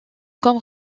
comme